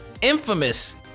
infamous